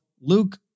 Luke